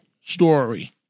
story